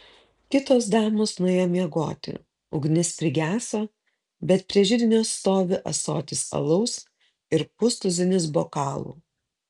kitos damos nuėjo miegoti ugnis prigeso bet prie židinio stovi ąsotis alaus ir pustuzinis bokalų